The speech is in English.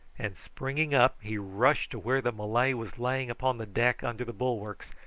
and springing up he rushed to where the malay was lying upon the deck under the bulwarks,